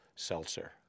seltzer